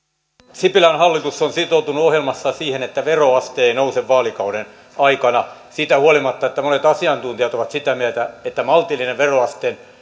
sipilän hallitus on sitoutunut ohjelmassaan siihen että veroaste ei nouse vaalikauden aikana siitä huolimatta että monet asiantuntijat ovat sitä mieltä että maltillinen veroasteen